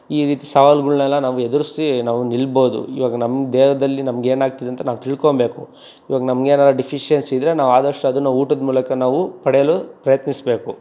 ಈ ರೀತಿ ಸವಾಲುಗಳನೆಲ್ಲ ನಾವು ಎದುರಿಸಿ ನಾವು ನಿಲ್ಬೋದು ಇವಾಗ ನಮ್ಮ ದೇಹದಲ್ಲಿ ನಮ್ಗೆ ಏನಾಗ್ತಿದೆ ಅಂತ ನಾವು ತಿಳ್ಕೊಳ್ಬೇಕು ಇವಾಗ ನಮಗೇನಾದ್ರು ಡಿಫಿಷಿಯನ್ಸಿ ಇದ್ರೆ ನಾವು ಆದಷ್ಟು ಅದನ್ನು ಊಟದ ಮೂಲಕ ನಾವು ಪಡೆಯಲು ಪ್ರಯತ್ನಿಸಬೇಕು